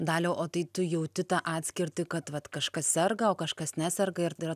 daliau o tai tu jauti tą atskirtį kad vat kažkas serga o kažkas neserga ir yra